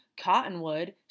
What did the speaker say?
Cottonwood